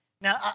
Now